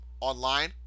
online